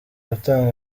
gutanga